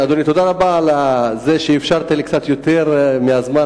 תודה רבה על זה שאפשרת לי קצת יותר מהזמן,